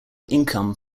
income